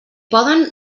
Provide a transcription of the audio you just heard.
poden